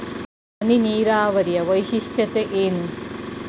ಹನಿ ನೀರಾವರಿಯ ವೈಶಿಷ್ಟ್ಯತೆ ಏನು?